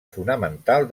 fonamental